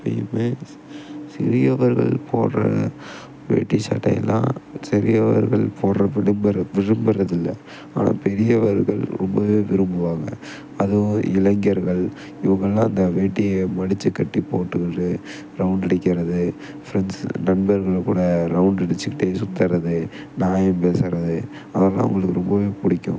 இப்பையுமே சிறியவர்கள் போடுற வேட்டி சட்டையெல்லாம் சிறியவர்கள் போடுற விடும்புகிற விரும்புகிறது இல்லை ஆனால் பெரியவர்கள் ரொம்பவே விரும்புவாங்க அதுவும் இளைஞர்கள் இவங்கள் எல்லாம் இந்த வேட்டியை மடிச்சு கட்டி போட்டுக்கிட்டு ரௌண்ட் அடிக்கிறது ஃப்ரெண்ட்ஸ்ஸு நண்பர்கள் கூட ரௌண்ட் அடிச்சிக்கிட்டு சுற்றுறது நியாயம் பேசுகிறது அதெலாம் அவங்களுக்கு ரொம்பவே பிடிக்கும்